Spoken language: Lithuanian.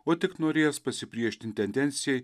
o tik norėjęs pasipriešinti tendencijai